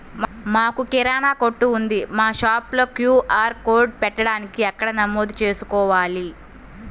మాకు కిరాణా కొట్టు ఉంది మా షాప్లో క్యూ.ఆర్ కోడ్ పెట్టడానికి ఎక్కడ నమోదు చేసుకోవాలీ?